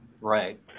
Right